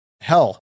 Hell